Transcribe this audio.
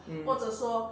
mm